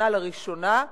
השנה לראשונה,